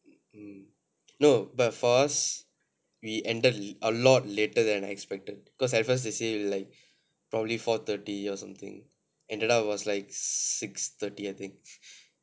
mm no but for us we ended a lot later than expected cause at first they say like probably four thirty or something ended up it was like six thirty I think